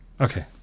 Okay